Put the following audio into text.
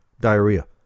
diarrhea